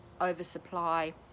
oversupply